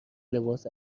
لباس